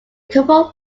couple